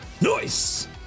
Nice